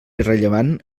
irrellevant